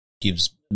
gives